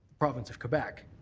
province of quebec